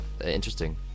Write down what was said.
interesting